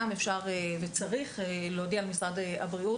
גם אפשר וצריך להודיע משרד הבריאות,